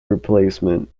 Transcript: replacement